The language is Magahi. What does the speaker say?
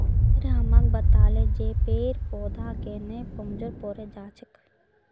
सर हमाक बताले जे पेड़ पौधा केन न कमजोर पोरे जा छेक